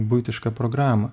buitišką programą